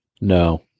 No